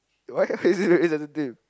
what why is it very insensitive